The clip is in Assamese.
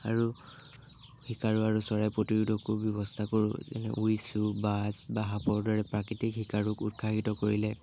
আৰু শিকাৰু আৰু চৰাই প্ৰতিৰোধকো ব্যৱস্থা কৰোঁ যেনে উইচো বাজ বা সাপৰ দৰে প্ৰাকৃতিক শিকাৰুক উৎসাহিত কৰিলে